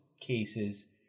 cases